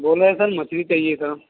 बोल रहे सर मछली चाहिए था